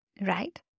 right